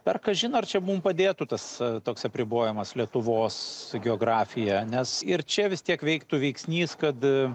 per kažin ar čia mum padėtų tas toks apribojimas lietuvos geografiją nes ir čia vis tiek veiktų veiksnys kad